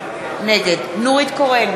נגד נורית קורן,